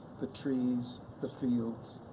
the trees the fields.